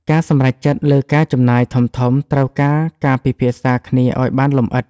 ការសម្រេចចិត្តលើការចំណាយធំៗត្រូវការការពិភាក្សាគ្នាឲ្យបានលម្អិត។